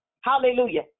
Hallelujah